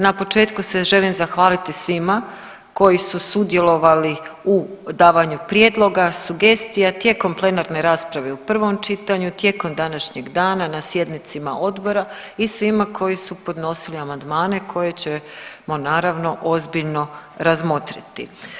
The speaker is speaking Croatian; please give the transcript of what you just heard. Na početku se želim zahvaliti svima koji su sudjelovali u davanju prijedloga, sugestija tijekom plenarne rasprave u prvom čitanju, tijekom današnjeg dana na sjednicama odbora i svima koji su podnosili amandmane koje ćemo naravno ozbiljno razmotriti.